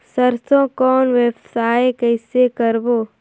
सरसो कौन व्यवसाय कइसे करबो?